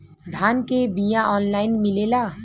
धान के बिया ऑनलाइन मिलेला?